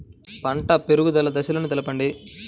పంట పెరుగుదల దశలను తెలపండి?